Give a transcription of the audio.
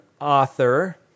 author